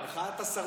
מחאת הסרדינים.